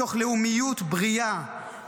מתוך לאומיות בריאה,